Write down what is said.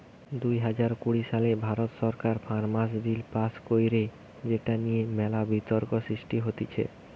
দুই হাজার কুড়ি সালে ভারত সরকার ফার্মার্স বিল পাস্ কইরে যেটা নিয়ে মেলা বিতর্ক সৃষ্টি হতিছে